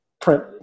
print